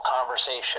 conversation